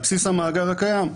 על בסיס המאגר הישראלי הקיים,